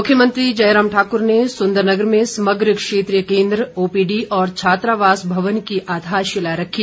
मुख्यमंत्री जयराम ठाकुर ने सुंदरनगर में समग्र क्षेत्रीय केंद्र ओपीडी और छात्रावास भवन की आधारशिला रखी